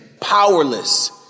powerless